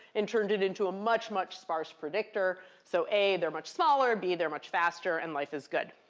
and turned it into a much, much sparse predictor. so a, they're much smaller, b, they're much faster, and life is good.